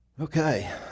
Okay